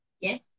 Yes